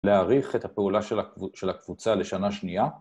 ‫להאריך את הפעולה של הקבוצה ‫לשנה שנייה.